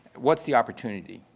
what's the opportunity?